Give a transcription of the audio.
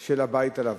של הבית הלבן,